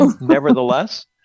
Nevertheless